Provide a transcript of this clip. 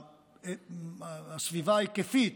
הסביבה ההיקפית,